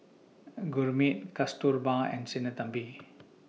and Gurmeet Kasturba and Sinnathamby